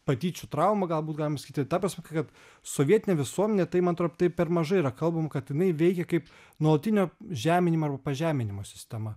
patyčių trauma galbūt galim sakyti ta prasme kad sovietinė visuomenė tai man atrodo tai per mažai yra kalbama kad jinai veikia kaip nuolatinio žeminimo arba pažeminimo sistema